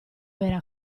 era